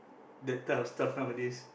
that type of stuff nowadays